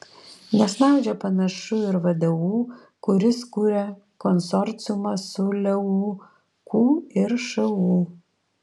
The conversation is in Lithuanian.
nesnaudžia panašu ir vdu kuris kuria konsorciumą su leu ku ir šu